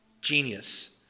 genius